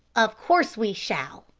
of course we shall,